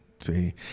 See